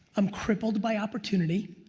i'm crippled by opportunity,